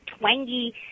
twangy